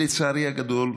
לצערי הגדול,